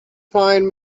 find